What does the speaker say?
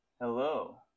Hello